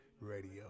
Radio